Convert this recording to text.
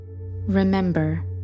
Remember